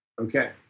Okay